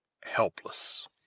helpless